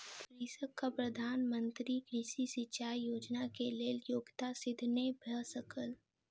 कृषकक प्रधान मंत्री कृषि सिचाई योजना के लेल योग्यता सिद्ध नै भ सकल